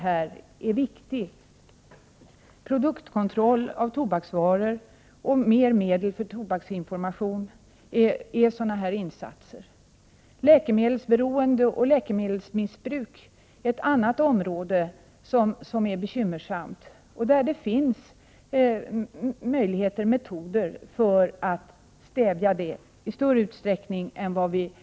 Dessutom skall det vara produktkontroll av tobaksvaror. Det behövs också mera medel för tobaksinformation. Läkemedelsberoende och läkemedelsmissbruk är ett annat område där det är bekymmersamt. Här finns det dock möjligheter att stävja bruket i större utsträckning än som i dag är fallet.